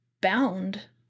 bound